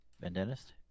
dentist